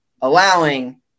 allowing